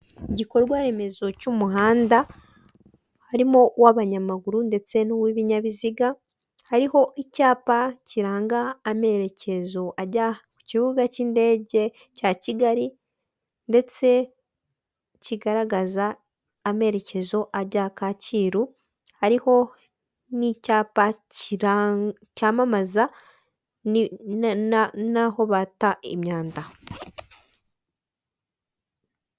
Gikorwa remezo cy'umuhanda harimo uw'abanyamaguru ndetse n'uw'ibinyabiziga hariho icyapa kiranga amerekezo ajya ku kibuga cy'indege cya kigali, ndetse kigaragaza amerekezo ajya kacyiru hariho n'icyapa cyamamaza ni naho bata imyanda.